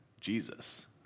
Jesus